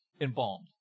embalmed